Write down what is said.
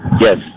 Yes